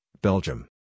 Belgium